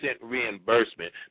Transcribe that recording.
reimbursement